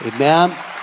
Amen